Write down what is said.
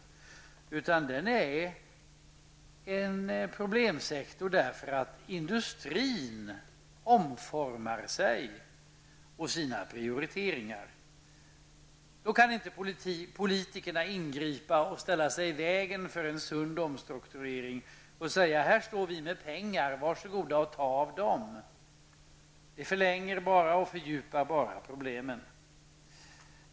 Den verkstadstekniska industrin är en problemsektor, eftersom den omformar sig och sina prioriteringar. Politikerna kan då inte ingripa och ställa sig i vägen för en sund omstrukturering och säga: Här står vi med pengar, var så goda och ta av dem! Det bara förlänger och fördjupar problemen.